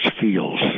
feels